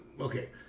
okay